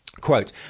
Quote